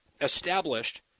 established